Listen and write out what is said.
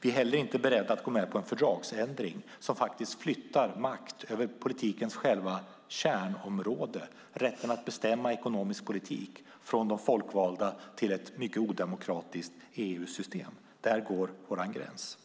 Vi är heller inte beredda att gå med på en fördragsändring som faktiskt flyttar makt över politikens kärnområde, rätten att bestämma ekonomisk politik, från de folkvalda till ett mycket odemokratiskt EU-system; där går vår gräns.